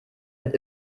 wird